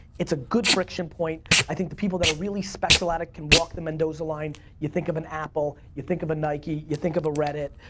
it's a good friction point i think the people that are really special at it can walk the mendoza line. you think of an apple, you think of a nike, you think of a reddit.